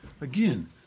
again